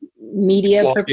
media